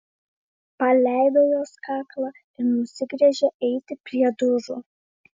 paleido jos kaklą ir nusigręžė eiti prie durų